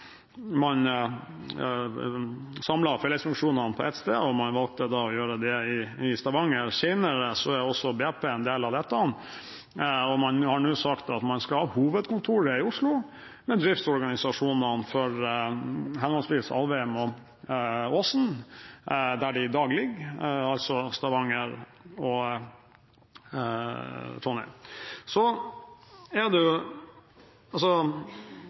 man samlet fellesfunksjonene på ett sted, og man valgte å gjøre det i Stavanger. Senere ble også BP en del av dette, og man har nå sagt at man skal ha hovedkontoret i Oslo, men driftsorganisasjonene for Alvheim og Aasen der de i dag ligger, altså i Stavanger og i Trondheim.